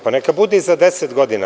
Pa, neka bude za deset godina.